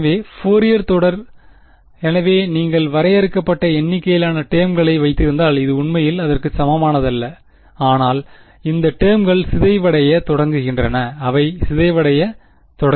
எனவே ஃபோரியர் தொடர் எனவே நீங்கள் வரையறுக்கப்பட்ட எண்ணிக்கையிலான டேர்ம்களை வைத்திருந்தால் அது உண்மையில் அதற்கு சமமானதல்ல ஆனால் இந்த டெர்ம்கள் சிதைவடையத் தொடங்குகின்றன அவை சிதைவடையத் தொடங்குகின்றன